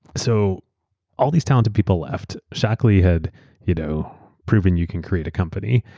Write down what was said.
so all these talented people left, shockley had you know proven you can create a company,